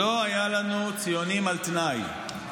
לא היו לנו ציונים על תנאי.